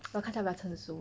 要看起来比较成熟